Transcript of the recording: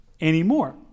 anymore